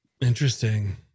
Interesting